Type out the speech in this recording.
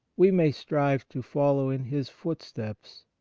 we. may stri e to follow in his foot steps,